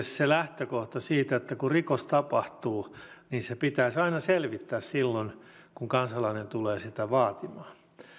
se lähtökohta että kun rikos tapahtuu niin se pitäisi aina selvittää silloin kun kansalainen tulee sitä vaatimaan